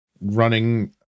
running